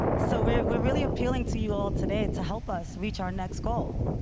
so we're we're really appealing to you all today to help us reach our next goal.